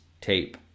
tape